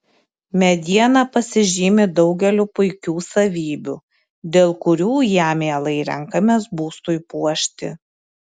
mediena pasižymi daugeliu puikių savybių dėl kurių ją mielai renkamės būstui puošti